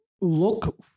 look